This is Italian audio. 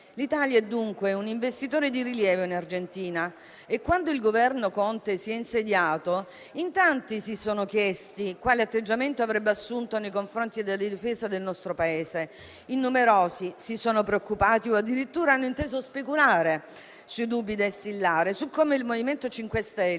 L'Italia è dunque un investitore di rilievo in Argentina e quando il Governo Conte si è insediato, in tanti si sono chiesti quale atteggiamento avrebbe assunto nei confronti della difesa del nostro Paese, in numerosi si sono preoccupati o addirittura hanno inteso speculare sui dubbi da instillare, su come il MoVimento 5 Stelle,